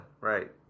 right